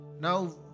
Now